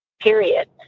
period